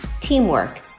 teamwork